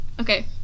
Okay